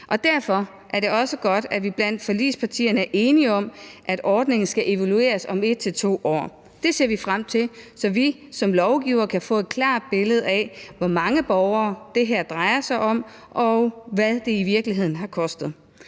derfor er det også godt, at vi blandt forligspartierne er enige om, at ordningen skal evalueres om 1-2 år. Det ser vi frem til, så vi som lovgivere kan få et klart billede af, hvor mange borgere det her drejer sig om, og hvad det i virkeligheden har kostet.